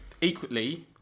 equally